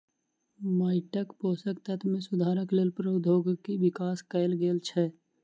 माइटक पोषक तत्व मे सुधारक लेल प्रौद्योगिकी विकसित कयल गेल छै